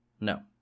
No